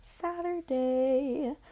Saturday